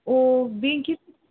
ꯑꯣ ꯕꯦꯛꯀꯤ